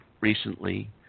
recently